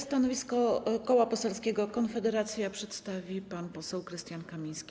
Stanowisko Koła Poselskiego Konfederacja przedstawi pan poseł Krystian Kamiński.